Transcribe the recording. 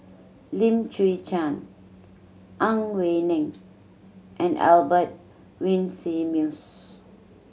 Lim Chwee Chian Ang Wei Neng and Albert Winsemius